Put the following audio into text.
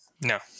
No